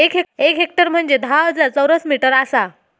एक हेक्टर म्हंजे धा हजार चौरस मीटर आसा